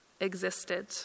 existed